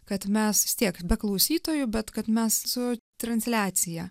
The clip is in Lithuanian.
kad mes tiek be klausytojų bet kad mes su transliacija